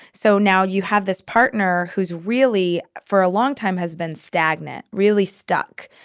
so now you have this partner who's really for a long time has been stagnant, really stuck.